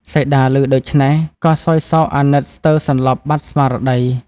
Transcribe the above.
សីតាឮដូច្នេះ ក៏សោយសោកអាណិតស្ទើរសន្លប់បាត់ស្មារតី។